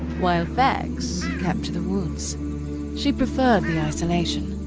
while vex kept to the woods she preferred the isolation.